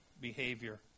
behavior